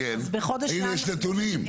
הנה, יש נתונים.